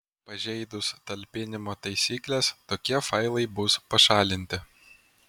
pažeidus talpinimo taisykles tokie failai bus pašalinti